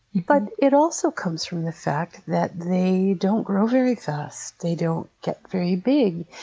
but it also comes from the fact that they don't grow very fast, they don't get very big,